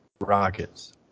Rockets